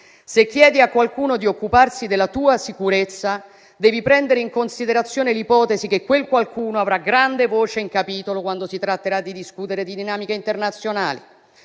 Se chiedi a qualcuno di occuparsi della tua sicurezza, devi prendere in considerazione l'ipotesi che quel qualcuno avrà grande voce in capitolo quando si tratterà di discutere di dinamiche internazionali.